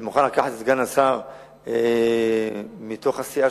אני מוכן לקחת את סגן השר מתוך הסיעה